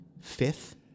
fifth